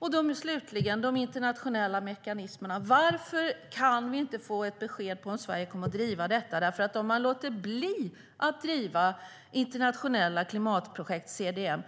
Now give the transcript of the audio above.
Slutligen när det gäller de internationella mekanismerna: Varför kan vi inte få ett besked om ifall Sverige kommer att driva detta? Om man låter bli att driva internationella klimatprojekt, CDM,